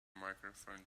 microphone